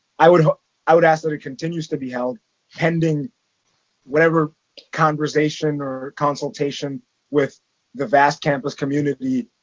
i would i would ask that it continues to be held pending whatever conversation or consultation with the vast campus community